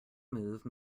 move